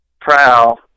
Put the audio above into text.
prowl